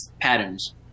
patterns